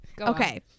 Okay